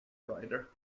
provider